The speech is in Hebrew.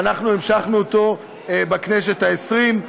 ואנחנו המשכנו אותו בכנסת העשרים.